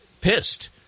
pissed